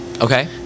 okay